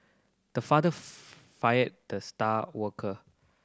the father fired the star worker